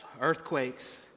earthquakes